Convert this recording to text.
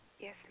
Yes